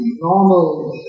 normal